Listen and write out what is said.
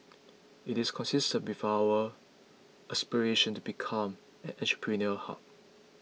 it is consistent before our aspiration to become an entrepreneurial hub